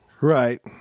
right